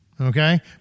Okay